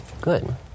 Good